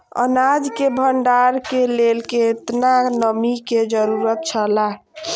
अनाज के भण्डार के लेल केतना नमि के जरूरत छला?